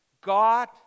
God